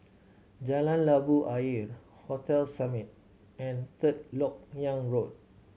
Jalan Labu Ayer Hotel Summit and Third Lok Yang Road